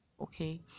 okay